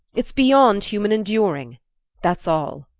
it's beyond human enduring that's all.